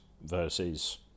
versus